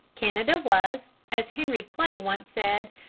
canada was, as henry clay once said,